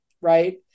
right